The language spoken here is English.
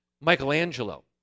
Michelangelo